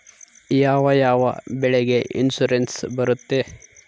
ಯಾವ ಯಾವ ಬೆಳೆಗೆ ಇನ್ಸುರೆನ್ಸ್ ಬರುತ್ತೆ?